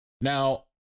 Now